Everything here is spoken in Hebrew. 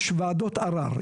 יש וועדות ערר,